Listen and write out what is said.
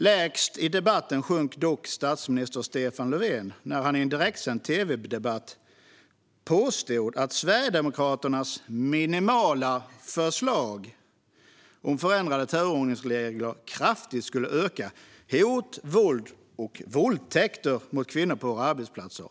Lägst i debatten sjönk dock statsminister Stefan Löfven när han i en direktsänd tv-debatt påstod att Sverigedemokraternas minimala förslag om förändrade turordningsregler kraftigt skulle öka hot, våld och våldtäkter mot kvinnor på våra arbetsplatser.